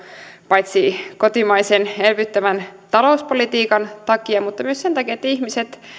paitsi kotimaisen elvyttävän talouspolitiikan takia myös sen takia että ihmiset